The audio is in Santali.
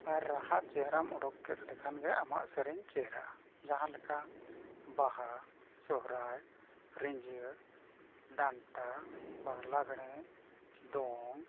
ᱟᱨ ᱨᱟᱦᱟ ᱪᱮᱦᱨᱟᱢ ᱩᱰᱩᱠ ᱠᱮᱫ ᱞᱮᱠᱷᱟᱱ ᱜᱮ ᱟᱢᱟᱜ ᱥᱮᱨᱮᱧ ᱪᱮᱦᱨᱟᱜᱼᱟ ᱡᱟᱦᱟᱸ ᱞᱮᱠᱟ ᱵᱟᱦᱟ ᱥᱚᱦᱨᱟᱭ ᱨᱤᱸᱡᱷᱟᱹ ᱰᱟᱱᱴᱟ ᱵᱟᱝ ᱞᱟᱜᱽᱬᱮ ᱫᱚᱝ